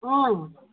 ꯑꯥ